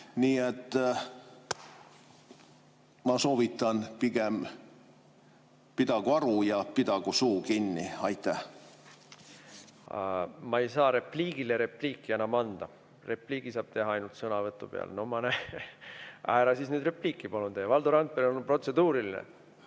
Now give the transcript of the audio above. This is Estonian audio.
Nii et ma soovitan pigem: pidagu aru ja pidagu suu kinni. Ma ei saa repliigi peale repliiki anda. Repliigi saab teha ainult sõnavõtu peale. No ma näen ... Ära siis nüüd repliiki palun tee! Valdo Randperel on protseduuriline.